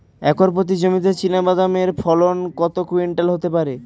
Acre প্রতি জমিতে চীনাবাদাম এর ফলন কত কুইন্টাল হতে পারে?